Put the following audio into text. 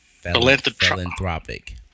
philanthropic